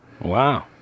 Wow